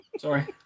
Sorry